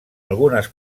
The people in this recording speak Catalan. algunes